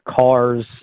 cars